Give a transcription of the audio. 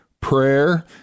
prayer